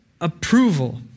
Approval